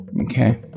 Okay